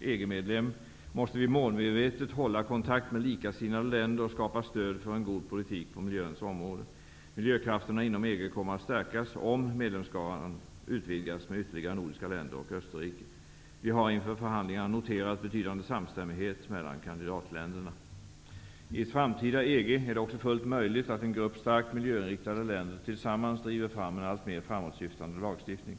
EG-medlem måste vi målmedvetet hålla kontakt med likasinnade länder och skapa stöd för en god politik på miljöns område. Miljökrafterna inom EG kommer att stärkas om medlemsskaran utvidgas med ytterligare nordiska länder och Österrike. Vi har inför förhandlingarna noterat betydande samstämmighet mellan kandidatländerna. I ett framtida EG är det också fullt möjligt att en grupp starkt miljöinriktade länder tillsammans driver fram en alltmer framåtsyftande lagstiftning.